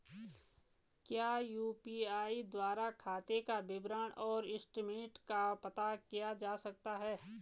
क्या यु.पी.आई द्वारा खाते का विवरण और स्टेटमेंट का पता किया जा सकता है?